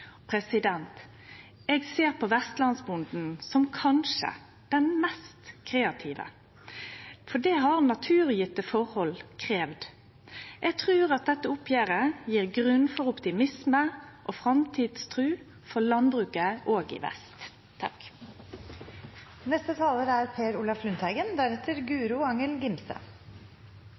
skognæring. Eg ser på vestlandsbonden som kanskje den mest kreative, for det har naturgitte forhold kravd. Eg trur at dette oppgjeret gir grunn for optimisme og framtidstru for landbruket òg i vest. I tillegg til å heve blikket og se til Sveits må vi også ta et oppgjør til. Det er